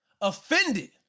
offended